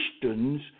Christians